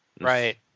right